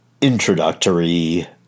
introductory